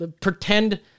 Pretend